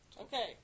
Okay